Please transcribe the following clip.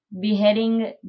beheading